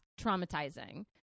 traumatizing